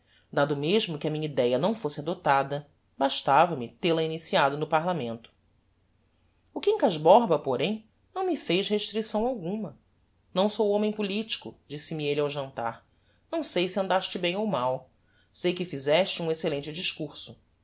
dado mesmo que a minha idéa não fosse adoptada bastava-me tel-a iniciado no parlamento o quincas borba porém não fez restricção alguma não sou homem politico disse-me elle ao jantar não sei se andaste bem ou mal sei que fizeste um excellente discurso